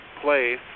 place